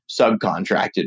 subcontracted